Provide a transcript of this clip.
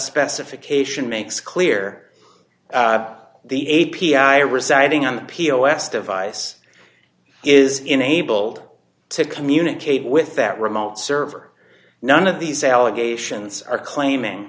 specification makes clear the a p i residing on the pos device is enabled to communicate with that remote server none of these allegations are claiming